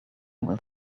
will